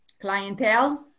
clientele